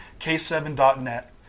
K7.net